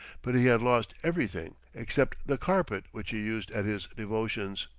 but he had lost everything except the carpet which he used at his devotions.